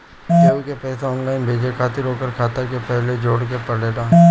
केहू के पईसा ऑनलाइन भेजे खातिर ओकर खाता के पहिले जोड़े के पड़ेला